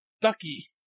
Ducky